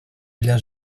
для